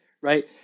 right